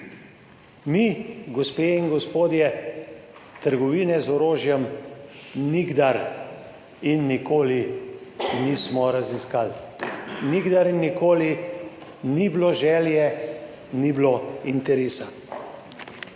mi, gospe in gospodje, trgovine z orožjem nikdar in nikoli nismo raziskali, nikdar in nikoli ni bilo želje, ni bilo interesa.